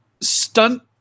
stunt